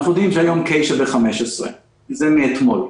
אנחנו יודעים שהיום K שווה 15, זה נתונים מאתמול.